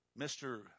Mr